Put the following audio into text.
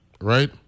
right